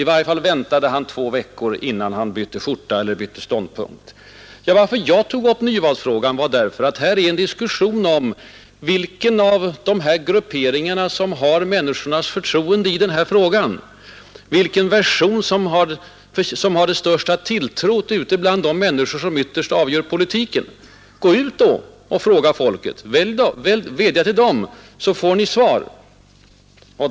I varje fall ”väntade” han två veckor innan han bytte skjorta eller bytte ståndpunkt. Orsaken till att jag tog upp nyvalsfrågan var att vi här diskuterat vilken av de mot varandra stående grupperingarna som har människornas förtroende, vilken version som har rönt störst tilltro ute bland de människor som ytterst avgör politiken. Då gjorde jag gällande, att man borde gå ut och fråga folket! Vädja till väljarna, så får ni svaret!